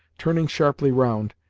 turning sharply round,